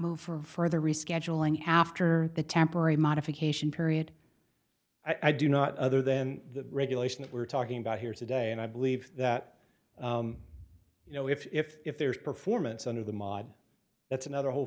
move for further rescheduling after the temporary modification period i do not other than the regulation that we're talking about here today and i believe that you know if there's performance under the model that's another whole